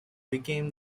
became